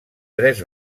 tres